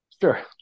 Sure